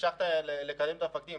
המשכת לקדם את המפקדים,